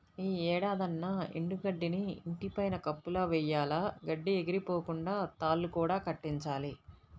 యీ ఏడాదన్నా ఎండు గడ్డిని ఇంటి పైన కప్పులా వెయ్యాల, గడ్డి ఎగిరిపోకుండా తాళ్ళు కూడా కట్టించాలి